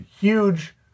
huge